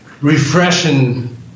refreshing